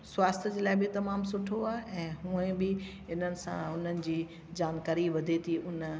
स्वास्थ्य जे लाइ बि तमामु सुठो आहे ऐं उहे बि इन्हनि सां उन्हनि जी जानकारी वधे थी उन